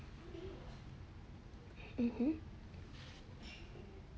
mmhmm